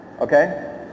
Okay